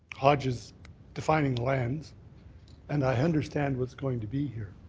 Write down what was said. hodges' defining lands and i understand what's going to be here,